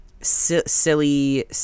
silly